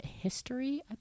history